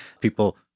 people